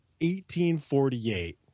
1848